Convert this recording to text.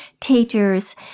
teachers